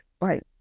Right